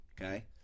Okay